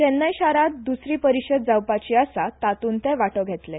चेन्नय शारांत द्सरी परिशद जावपाची आसा तातूंत ते वांटो घेतले